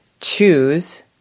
choose